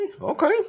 Okay